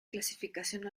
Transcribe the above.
clasificación